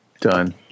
done